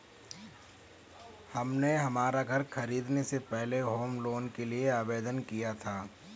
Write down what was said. हमने हमारा घर खरीदने से पहले होम लोन के लिए आवेदन किया था